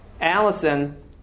Allison